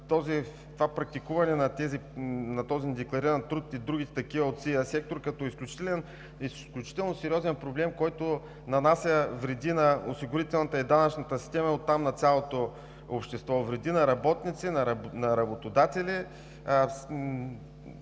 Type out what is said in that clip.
практикуването на недекларирания труд и други такива от сивия сектор като изключително сериозен проблем, който нанася вреди на осигурителната и данъчната система, а оттам – на цялото общество, вреди на работници, на работодатели.